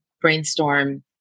brainstorm